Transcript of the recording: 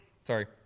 sorry